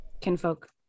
Kinfolk